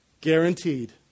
Guaranteed